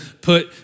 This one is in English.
put